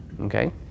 Okay